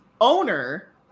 Owner